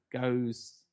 goes